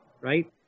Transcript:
right